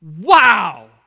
wow